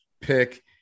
pick